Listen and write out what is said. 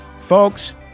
folks